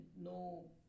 no